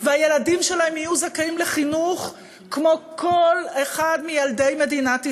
והילדים שלהם יהיו זכאים לחינוך כמו כל אחד מילדי מדינת ישראל,